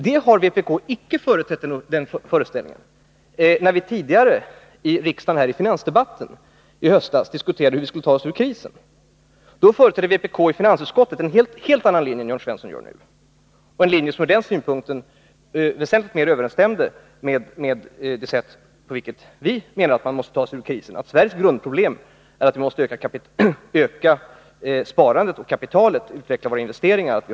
Den uppfattningen har vpk inte företrätt tidigare. När vi i höstens finansdebatt diskuterade hur Sverige skulle ta sig ur krisen, företrädde vpk i finansutskottet en helt annan linje än den Jörn Svensson nu pläderar för. Vpk-linjen i utskottet överensstämde väsentligt mer med det sätt på vilket vi menar att Sverige måste ta sig ur krisen. I stället för att öka konsumtionen måste vi öka sparandet och kapitalet samt utveckla våra investeringar.